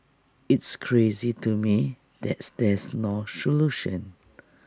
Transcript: it's crazy to me that there's no solution